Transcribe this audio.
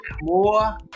more